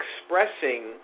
expressing